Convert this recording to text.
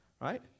right